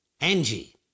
Angie